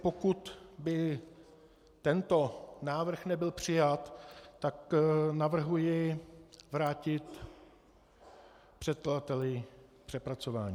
Pokud by tento návrh nebyl přijat, tak navrhuji vrátit předkladateli k přepracování.